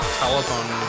telephone